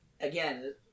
again